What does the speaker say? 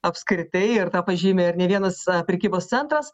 apskritai ir tą pažymi ir ne vienas prekybos centras